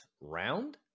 round